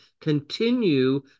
continue